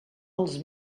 els